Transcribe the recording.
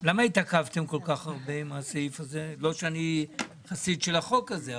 גם לראות מה קורה בעולם בסקטור הזה של מוסדות פיננסיים שאינם